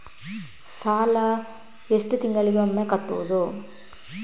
ಸಾಲ ಎಷ್ಟು ತಿಂಗಳಿಗೆ ಒಮ್ಮೆ ಕಟ್ಟುವುದು?